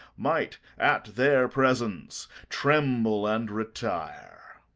might, at their presence, tremble and retire.